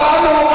שמענו.